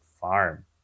farm